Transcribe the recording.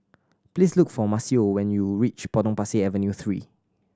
please look for Maceo when you reach Potong Pasir Avenue Three